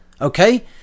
okay